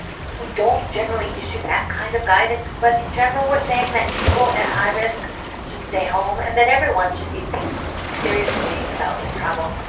we don't generally issue that kind of guidance, but in general, we're saying that people at high risk should stay home and that everyone should be thinking seriously about their travel,